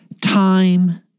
time